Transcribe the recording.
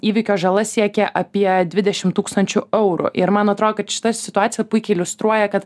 įvykio žala siekė apie dvidešim tūkstančių eurų ir man atrodo kad šita situacija puikiai iliustruoja kad